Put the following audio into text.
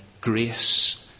grace